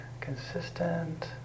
consistent